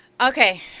Okay